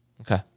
Okay